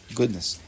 goodness